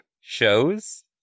shows